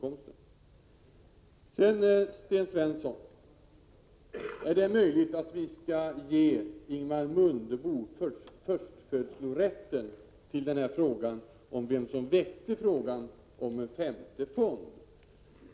Till Sten Svensson: Det är möjligt att det var Ingemar Mundebo som först födde förslaget om en femte AP-fond.